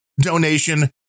donation